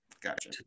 Gotcha